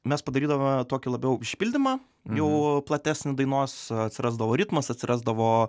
mes padarydavome tokį labiau išpildymą jau platesnį dainos atsirasdavo ritmas atsirasdavo